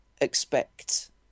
expect